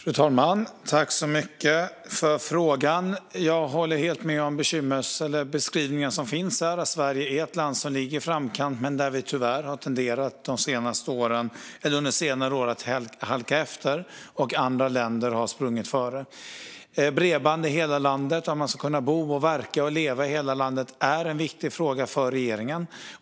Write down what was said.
Fru talman! Tack så mycket för frågan! Jag håller helt med om beskrivningen av Sverige som ett land som ligger i framkant men som tyvärr under senare år har tenderat att halka efter medan andra länder har sprungit före. Bredband i hela landet och att man ska kunna leva, bo och verka i hela landet är en viktig fråga för regeringen.